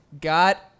got